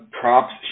props